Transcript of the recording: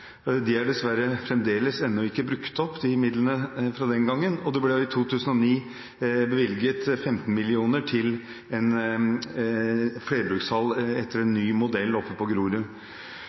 er dessverre fremdeles ikke brukt opp, og det ble i 2009 bevilget 15 mill. kr til en flerbrukshall oppe på Grorud, etter en ny modell.